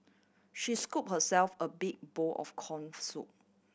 she scoop herself a big bowl of corn soup